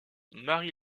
marie